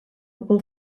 will